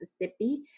Mississippi